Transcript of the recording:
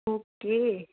okay